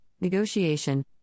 negotiation